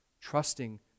trusting